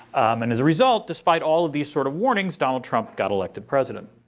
and as a result, despite all of these sort of warnings, donald trump got elected president.